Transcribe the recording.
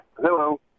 Hello